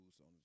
on